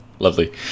Lovely